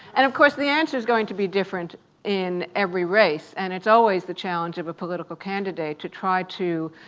and, of course, the answer's going to be different in every race, and it's always the challenge of a political candidate to try to